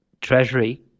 treasury